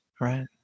Right